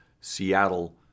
Seattle